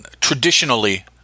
traditionally